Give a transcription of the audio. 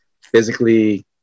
physically